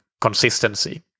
consistency